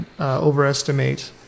overestimate